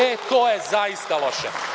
E to je zaista loše.